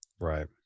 right